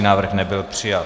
Návrh nebyl přijat.